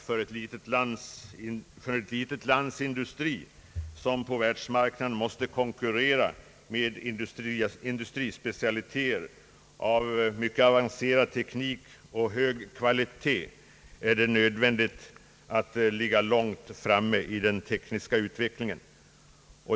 För ett litet lands industri, som på världsmarknaden måste konkurrera med industrispecialiteter och mycket avancerad teknik och hög kvalitet är det nödvändigt att ligga långt framme i den tekniska utvecklingen.